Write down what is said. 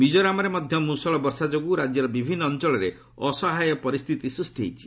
ମିକୋରାମରେ ମଧ୍ୟ ମୁଷଳ ବର୍ଷା ଯୋଗୁଁ ରାଜ୍ୟର ବିଭିନ୍ନ ଅଞ୍ଚଳରେ ଅସହାୟ ପରିସ୍ଥିତି ସୃଷ୍ଟି ହୋଇଛି